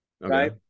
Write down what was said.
Right